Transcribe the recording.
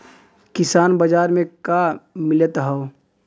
किसान बाजार मे का मिलत हव?